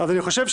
אני מודה,